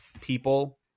people